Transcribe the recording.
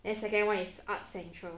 then second one is art central